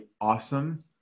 awesome